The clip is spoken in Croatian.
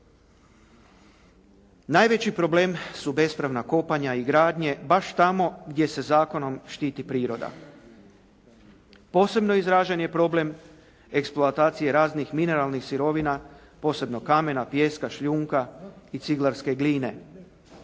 Najveći problem su bespravna kopanja i gradnje baš tamo gdje se zakonom štiti priroda. Posebno izražen je problem eksploatacije raznih mineralnih sirovina posebno kamena, pijeska, šljunka i ciglarske gline.